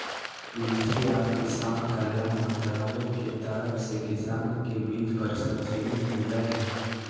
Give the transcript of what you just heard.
कृषि आर किसान कल्याण मंत्रालय के तरफ से किसान के बीज पर सब्सिडी मिल लय हें